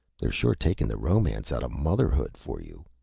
they're sure takin' the romance outta motherhood for you.